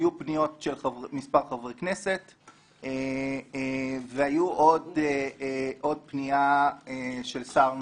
היו פניות של מספר חברי כנסת; והיתה עוד פנייה של שר נוסף.